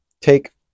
take